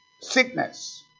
Sickness